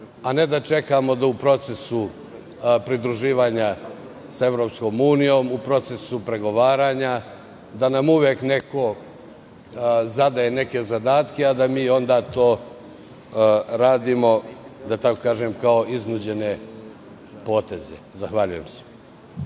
a ne da čekamo da u procesu pridruživanja sa EU, u procesu pregovaranja, da nam uvek neko zadaje neke zadatke a da mi onda to radimo kao iznuđene poteze. Zahvaljujem se.